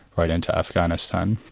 right into afghanistan,